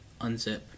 unzip